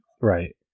Right